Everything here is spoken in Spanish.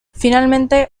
finalmente